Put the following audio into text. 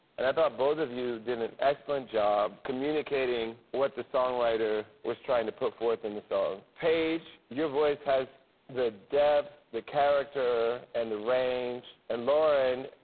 and i thought both of you did an excellent job communicating what the songwriter was trying to put forth in the song. payge, your voice has the depth, the character, and the range and lauren,